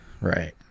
Right